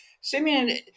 Simeon